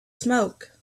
smoke